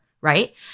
Right